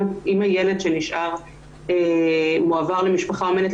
אם הילד שנשאר מועבר למשפחה אומנת,